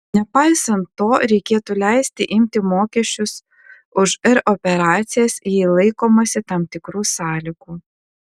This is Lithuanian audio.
nepaisant to reikėtų leisti imti mokesčius už r operacijas jei laikomasi tam tikrų sąlygų